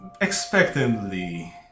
Expectantly